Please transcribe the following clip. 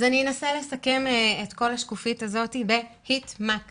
אנסה לסכם את כל השקופית הזאת בהתמקצעות.